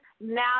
now